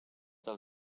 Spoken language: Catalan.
del